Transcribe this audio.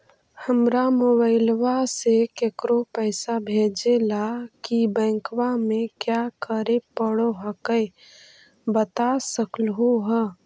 हमरा मोबाइलवा से केकरो पैसा भेजे ला की बैंकवा में क्या करे परो हकाई बता सकलुहा?